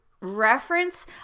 reference